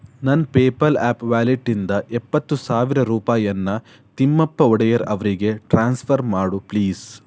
ನನ್ನ PayPal app wallet ಇಂದ ಎಪ್ಪತ್ತು ಸಾವಿರ ರೂಪಾಯನ್ನು ತಿಮ್ಮಪ್ಪ ಒಡೆಯರ್ ಅವರಿಗೆ ಟ್ರಾನ್ಸ್ಫರ್ ಮಾಡು ಪ್ಲೀಸ್